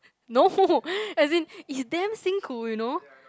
no as in it's damn 辛苦 you know